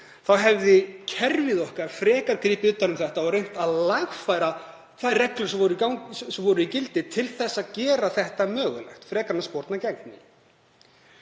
þá hefði kerfið okkar frekar gripið utan um þetta og reynt að lagfæra þær reglur sem voru í gildi til að gera verkefnið mögulegt frekar en að sporna gegn